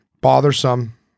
bothersome